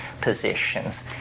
positions